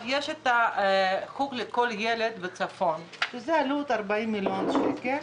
יש חוג לכל ילד בצפון שזה בעלות של 40 מיליון שקלים.